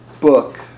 book